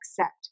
accept